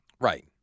Right